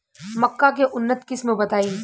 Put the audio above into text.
मक्का के उन्नत किस्म बताई?